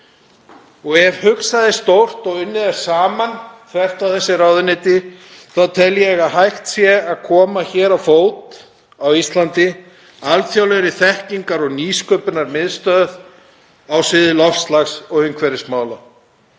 Og ef hugsað er stórt og unnið saman þvert á þessi ráðuneyti þá tel ég að hægt sé að koma á fót á Íslandi alþjóðlegri þekkingar- og nýsköpunarmiðstöð á sviði loftslags- og umhverfismála,